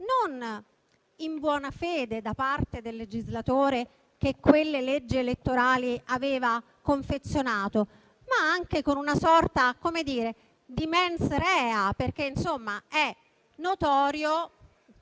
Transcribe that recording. non in buonafede da parte del legislatore che quelle leggi elettorali aveva confezionato, ma anche con una sorta di *mens rea*, perché - non ci